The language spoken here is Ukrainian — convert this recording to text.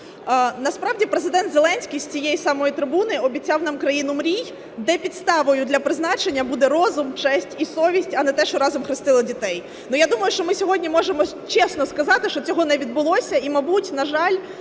Насправді Президент Зеленський з цієї самої трибуни обіцяв нам "країну мрій", де підставою для призначення буде розум, честь і совість, а не те, що разом хрестили дітей. Я думаю, що ми сьогодні можемо чесно сказати, що цього не відбулося, і, мабуть, на жаль,